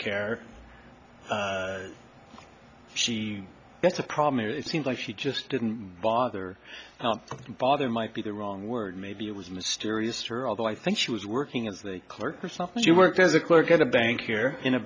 care she that's the problem it seemed like she just didn't bother bother might be the wrong word maybe it was mysterious or although i think she was working as a clerk or something she worked as a clerk at a bank here in a